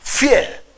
Fear